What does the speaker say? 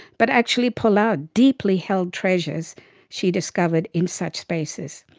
but actually pull out deeply held treasures she discovered in such spaces.